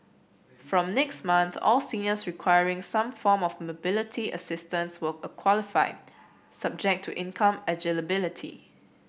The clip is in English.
from next month all seniors requiring some form of mobility assistance will qualify subject to income eligibility